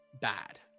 bad